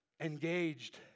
engaged